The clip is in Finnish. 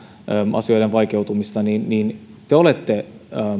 asioiden vaikeutumista niin niin te olette